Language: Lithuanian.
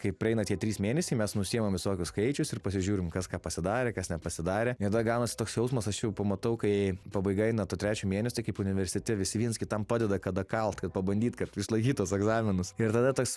kai praeina tie trys mėnesiai mes nusiimam visokius skaičius ir pasižiūrim kas ką pasidarė kas nepasidarė ir tada gaunas toks jausmas aš jau pamatau kai pabaiga eina to trečio mėnesio kaip universitete visi viens kitam padeda kada kalt kad pabandyt kad išlaikyt tuos egzaminus ir tada toks